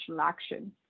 action